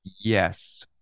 Yes